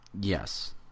yes